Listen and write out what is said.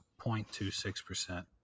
0.26%